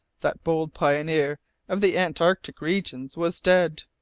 that bold pioneer of the antarctic regions was dead!